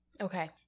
Okay